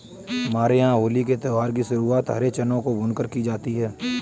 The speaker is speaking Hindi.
हमारे यहां होली के त्यौहार की शुरुआत हरे चनों को भूनकर की जाती है